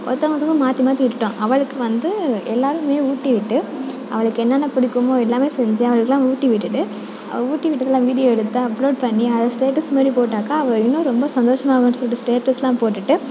ஒருத்தவங்க ஒருத்தவங்க மாற்றி மாற்றி ஊட்டிவிட்டோம் அவளுக்கு வந்து எல்லாேருமே ஊட்டி விட்டு அவளுக்கு என்னென்ன பிடிக்குமோ எல்லாமே செஞ்சு அவளுக்குலாம் ஊட்டி விட்டுவிட்டு அவள் ஊட்டி விட்டதெல்லாம் வீடியோ எடுத்து அப்லோட் பண்ணி அதை ஸ்டேட்டஸ் மாதிரி போட்டாக்கால் அவள் இன்னும் ரொம்ப சந்தோஷமாவாள்ன் சொல்லிட்டு ஸ்டேட்டஸ்யெலாம் போட்டுவிட்டு